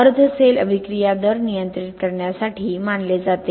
अर्ध सेल अभिक्रिया दर नियंत्रित करण्यासाठी मानले जाते